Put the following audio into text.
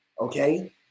okay